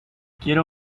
quiero